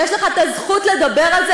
יש לך הזכות לדבר על זה,